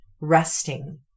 Resting